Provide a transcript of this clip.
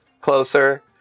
closer